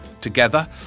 together